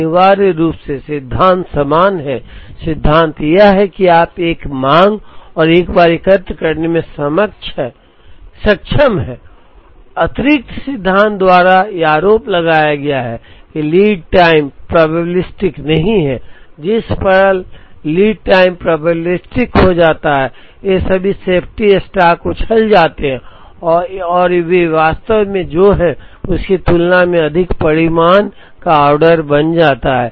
अनिवार्य रूप से सिद्धांत समान हैं सिद्धांत यह है कि आप एक मांग और एक बार एकत्र करने में सक्षम हैं अतिरिक्त सिद्धांत द्वारा यह आरोप लगाया गया कि लीड टाइम प्रोबेबिलिस्टिक नहीं है जिस पल लीड टाइम प्रोबेबिलिस्टिक हो जाता है ये सभी सेफ्टी स्टॉक उछल जाते हैं और वे वास्तव में जो हैं उसकी तुलना में अधिक परिमाण का ऑर्डर बन जाता है